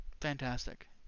Fantastic